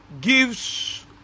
gives